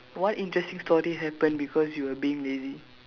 what interesting story happened because you were being lazy